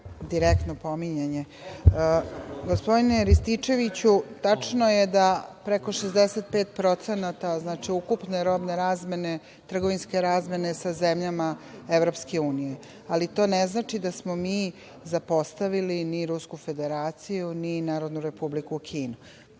Direktno pominjanje. Gospodine Rističeviću, tačno je da je preko 65% ukupne robne razmene, trgovinske razmene sa zemljama EU, ali to ne znači da smo mi zapostavili ni Rusku Federaciju, ni Narodnu Republiku Kinu.